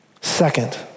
Second